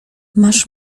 masz